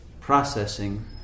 processing